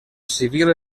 civil